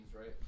right